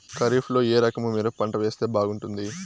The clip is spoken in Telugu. ఖరీఫ్ లో ఏ రకము మిరప పంట వేస్తే బాగుంటుంది